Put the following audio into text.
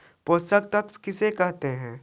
पोषक तत्त्व किसे कहते हैं?